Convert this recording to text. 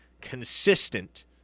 consistent